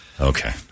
Okay